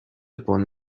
upon